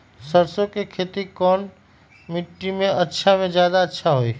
सरसो के खेती कौन मिट्टी मे अच्छा मे जादा अच्छा होइ?